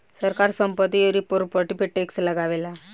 सरकार संपत्ति अउरी प्रॉपर्टी पर टैक्स लगावेला